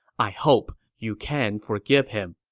i hope you can forgive him.